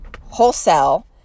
wholesale